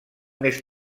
més